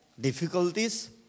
difficulties